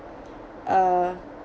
uh